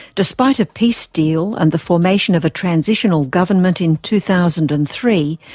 despite a peace deal and the formation of a transitional government in two thousand and three,